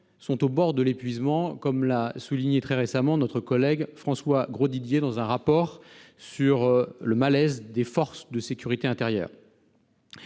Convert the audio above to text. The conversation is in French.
sont au bord de l'épuisement, comme l'a souligné très récemment notre collègue François Grosdidier dans un rapport sur le malaise des forces de sécurité intérieure.